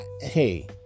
hey